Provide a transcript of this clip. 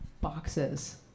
boxes